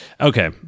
Okay